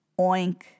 oink